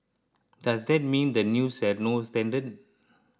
does that mean the news has no standard